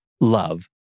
love